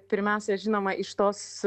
pirmiausia žinoma iš tos